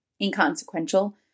inconsequential